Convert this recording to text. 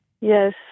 Yes